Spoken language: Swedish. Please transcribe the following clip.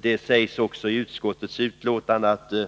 Det sägs också i utskottets betänkande: